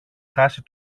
χάσει